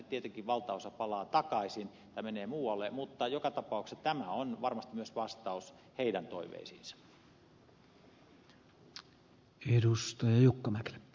tietenkin valtaosa palaa takaisin tai menee muualle mutta joka tapauksessa tämä on varmasti myös vastaus heidän toiveisiinsa